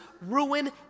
ruin